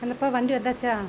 என்னப்பா வண்டி வந்தாச்சா